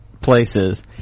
places